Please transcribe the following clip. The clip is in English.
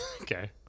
Okay